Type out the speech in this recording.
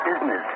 business